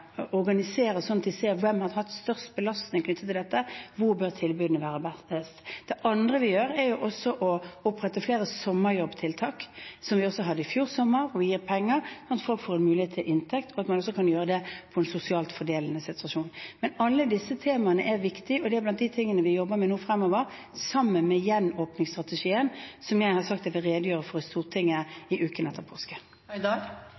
ser hvem som har hatt størst belastning knyttet til dette, og hvor tilbudene bør være. Det andre vi gjør, er å opprette flere sommerjobbtiltak, som vi også hadde i fjor sommer, hvor vi gir penger sånn at folk får en mulighet til å få inntekt, og at man også kan gjøre det på en sosialt fordelende måte. Alle disse temaene er viktige og er blant de tingene vi jobber med nå fremover, sammen med gjenåpningsstrategien, som jeg har sagt jeg vil redegjøre for